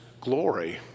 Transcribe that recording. glory